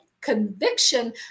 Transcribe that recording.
conviction